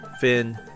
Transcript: Finn